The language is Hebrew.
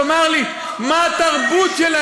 תאמר לי, אתה לא מכיר את מחמוד דרוויש?